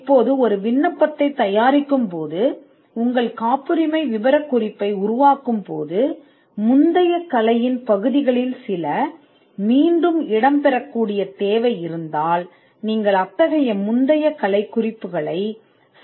இப்போது ஒரு விண்ணப்பத்தைத் தயாரிப்பதில் உங்கள் காப்புரிமை விவரக்குறிப்பை உருவாக்கும் போது உங்கள் காப்புரிமை விண்ணப்பத்தில் மீண்டும் உருவாக்கக்கூடிய முந்தைய கலையின் பகுதிகள் இருந்தால் சரியான குறிப்பைக் கொடுப்பதன் மூலம் அந்த முந்தைய கலை குறிப்புகளை முறையாக நகலெடுத்து ஒட்டலாம்